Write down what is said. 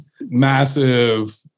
Massive